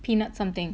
peanut something